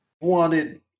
wanted